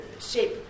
shape